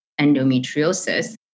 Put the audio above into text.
endometriosis